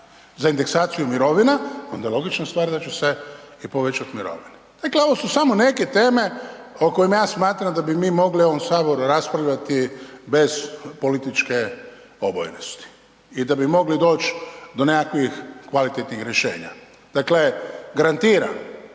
za indeksaciju mirovina onda je logična stvar da će se i povećati mirovine. Dakle ovo su samo neke teme o kojima ja smatram da bi mi mogli u ovom saboru raspravljati bez političke obojenosti i da bi mogli doći do nekakvih kvalitetnih rješenja. Dakle, garantiram,